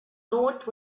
note